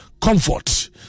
comfort